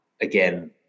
again